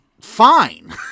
fine